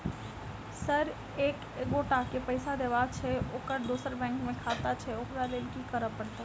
Sir एक एगोटा केँ पैसा देबाक छैय ओकर दोसर बैंक मे खाता छैय ओकरा लैल की करपरतैय?